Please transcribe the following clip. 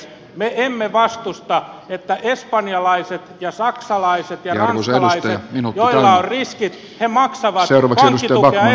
me emme vastusta että espanjalaiset ja saksalaiset ja ranskalaiset joilla on riskit maksavat pankkitukea espanjalle mutta suomi ei maksa